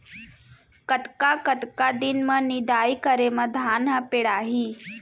कतका कतका दिन म निदाई करे म धान ह पेड़ाही?